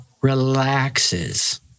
relaxes